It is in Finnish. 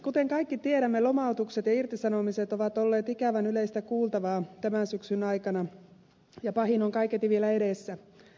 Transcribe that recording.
kuten me kaikki tiedämme lomautukset ja irtisanomiset ovat olleet ikävän yleistä kuultavaa tämän syksyn aikana ja pahin on kaiketi vielä edessä